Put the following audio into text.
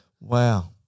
Wow